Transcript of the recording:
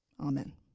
Amen